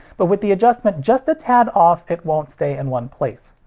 but with the adjustment just a tad off, it won't stay in one place.